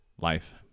Life